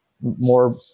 more